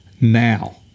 now